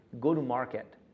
go-to-market